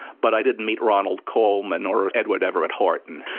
but i didn't meet ronald colman or edward everett horton,